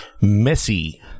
Messy